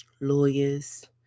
lawyers